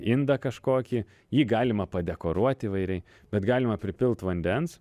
indą kažkokį jį galima padekoruot įvairiai bet galima pripilt vandens